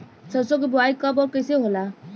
सरसो के बोआई कब और कैसे होला?